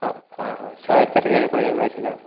हाँ हाँ हाँ छः एक पड़ेगा उन्नीस हज़ार